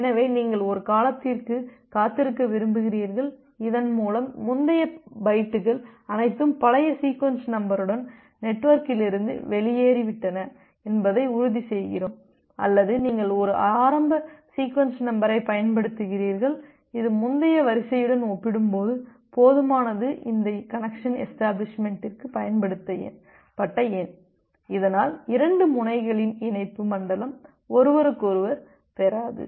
எனவே நீங்கள் ஒரு காலத்திற்கு காத்திருக்க விரும்புகிறீர்கள் இதன் மூலம் முந்தைய பைட்டுகள் அனைத்தும் பழைய சீக்வென்ஸ் நம்பருடன் நெட்வொர்க்கிலிருந்து வெளியேறிவிட்டன என்பதை உறுதிசெய்கிறோம் அல்லது நீங்கள் ஒரு ஆரம்ப சீக்வென்ஸ் நம்பரைப் பயன்படுத்துகிறீர்கள் இது முந்தைய வரிசையுடன் ஒப்பிடும்போது போதுமானது இந்த கனெக்சன் எஷ்டபிளிஷ்மெண்டிற்கு பயன்படுத்தப்பட்ட எண் இதனால் 2 முனைகளின் இணைப்பு மண்டலம் ஒருவருக்கொருவர் பெறாது